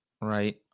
right